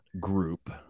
group